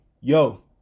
Yo